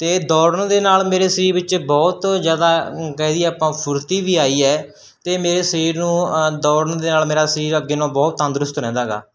ਅਤੇ ਦੌੜਨ ਦੇ ਨਾਲ ਮੇਰੇ ਸਰੀਰ ਵਿੱਚ ਬਹੁਤ ਜ਼ਿਆਦਾ ਕਹਿ ਦਈਏ ਆਪਾਂ ਫੁਰਤੀ ਵੀ ਆਈ ਹੈ ਅਤੇ ਮੇਰੇ ਸਰੀਰ ਨੂੰ ਦੌੜਨ ਦੇ ਨਾਲ ਮੇਰਾ ਸਰੀਰ ਅੱਗੇ ਨਾਲੋਂ ਬਹੁਤ ਤੰਦਰੁਸਤ ਰਹਿੰਦਾ ਹੈਗਾ